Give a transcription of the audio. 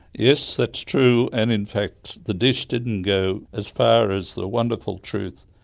yes, that's true, and in fact the dish didn't go as far as the wonderful truth.